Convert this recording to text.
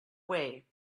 way